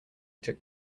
took